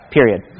Period